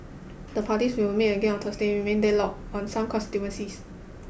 the parties which will meet again on Thursday remain deadlocked on some constituencies